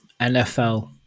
NFL